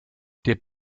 der